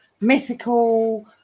mythical